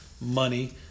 money